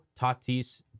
Tatis